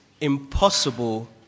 impossible